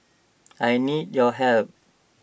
I need your help